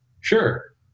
sure